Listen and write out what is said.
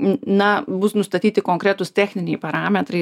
na bus nustatyti konkretūs techniniai parametrai